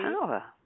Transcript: power